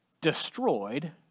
destroyed